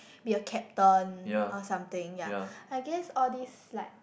be a captain or something ya I guess all these like